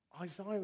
Isaiah